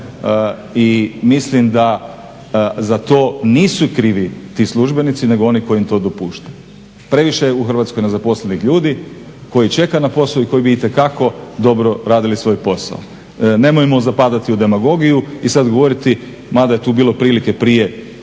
I mislim da za to nisu krivi ti službenici nego oni koji im to dopuštaju. Previše je u Hrvatskoj nezaposlenih ljudi koji čekaju na posao i koji bi itekako dobro radili svoj posao. Nemojmo zapadati u demagogiju i sad govoriti, mada je tu bilo prilike prije